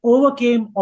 Overcame